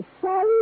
Sorry